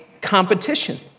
competition